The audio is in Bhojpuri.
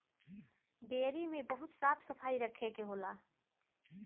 डेयरी में बहुत साफ सफाई रखे के होला